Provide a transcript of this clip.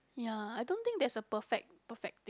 ya I don't think there's a perfect perfect thing